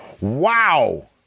Wow